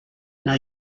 now